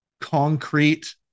concrete